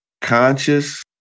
conscious